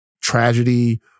tragedy